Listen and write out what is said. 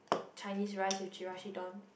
Chinese rice with Chirashi don